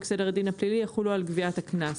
סדר הדין הפלילי יחולו על גביית הקנס."